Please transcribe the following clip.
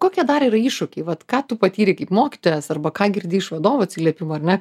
kokie dar yra iššūkiai vat ką tu patyrei kaip mokytojas arba ką girdi iš vadovų atsiliepimų ar ne